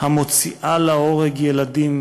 המוציאה להורג ילדים